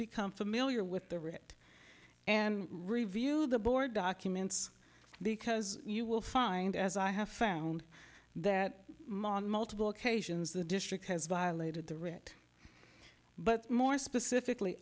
become familiar with the writ and review the board documents because you will find as i have found that multiple occasions the district has violated the writ but more specifically